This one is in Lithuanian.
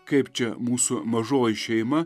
kaip čia mūsų mažoji šeima